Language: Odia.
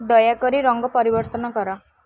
ଦୟାକରି ରଙ୍ଗ ପରିବର୍ତ୍ତନ କର